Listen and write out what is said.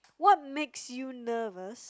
what makes you nervous